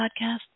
podcast